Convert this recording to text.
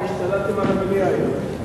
השתלטתם על המליאה היום.